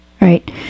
right